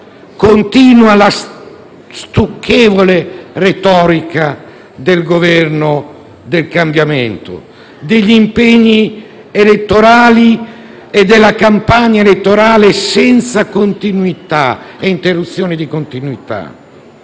continua la stucchevole retorica del Governo del cambiamento, degli impegni elettorali e della campagna elettorale senza soluzione di continuità,